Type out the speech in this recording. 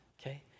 okay